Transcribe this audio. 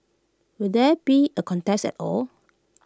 will there be A contest at all